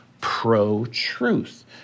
pro-truth